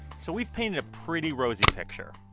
so we've painted a pretty rosy picture.